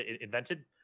invented